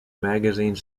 magazine